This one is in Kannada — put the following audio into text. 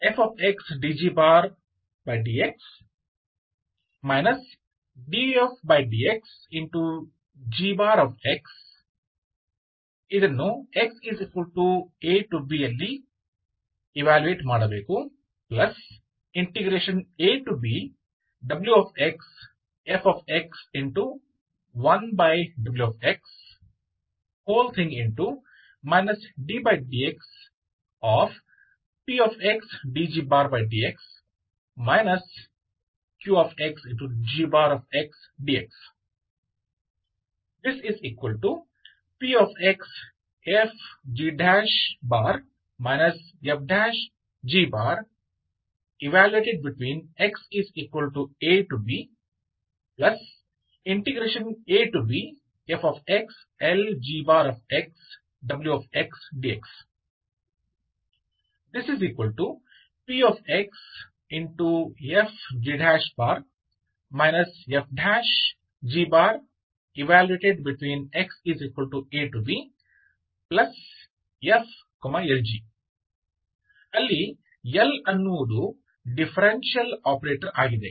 S px fxdgdx dfdx gx b | xa abwfx1w ddx pxdgdx qgxdx px f g f g b | xa ab fx Lgx wx dx px f g f g b | xa ⟨f Lg⟩ ಅಲ್ಲಿ L ಅನ್ನುವುದು ಡಿಫರೆನ್ಷಿಯಲ್ ಆಪರೇಟರ್ ಆಗಿದೆ